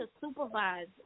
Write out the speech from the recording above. supervise